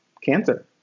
cancer